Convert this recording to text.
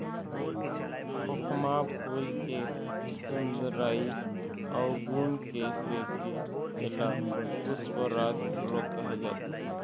खोखमा फूल के सुंदरई अउ गुन के सेती एला पुस्पराज घलोक कहे जाथे